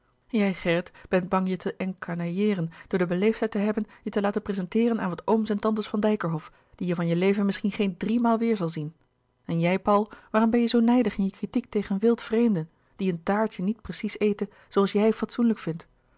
bent bang je te encanailleeren door de beleefdheid te hebben je te laten prezenteeren aan wat ooms en tantes van dijkerhof die je van je leven misschien geen driemaal weêr zal zien en jij paul waarom ben je zoo nijdig in je kritiek tegen wildvreemden die een taartje niet precies eten zooals jij fatsoenlijk vindt